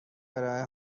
برای